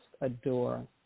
adore